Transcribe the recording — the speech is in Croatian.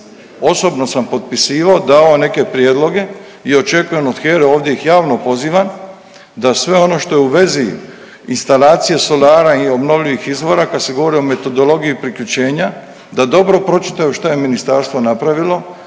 osobno sam potpisivao i davao neke prijedloge i očekujem od HERA-e, ovdje ih javno pozivam da sve ono što je u vezi instalacije solara i obnovljivih izvora kad se govori o metodologiji priključenja da dobro pročitaju šta je ministarstvo napravilo